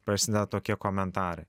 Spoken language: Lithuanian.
prasideda tokie komentarai